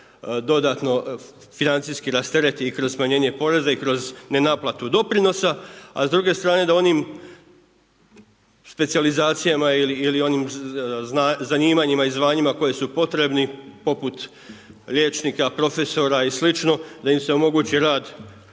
dodatno financijski rastereti i kroz smanjenje poreza i kroz nenaplatu doprinosa. A s druge strane da onim specijalizacijama ili onim zanimanjima i zvanjima koji su potrebni poput liječnika, profesora i slično da im se omogući rad